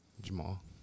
Jamal